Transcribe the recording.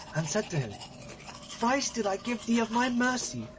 and said to him thrice did i give thee of my mercy.